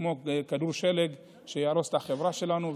כמו כדור שלג שיהרוס את החברה שלנו,